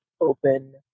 open